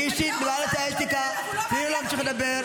אני לא מבין.